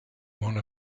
one